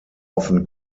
often